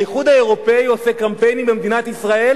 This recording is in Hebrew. האיחוד האירופי עושה קמפיינים במדינת ישראל,